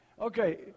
Okay